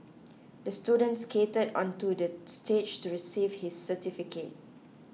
the student skated onto the stage to receive his certificate